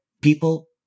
people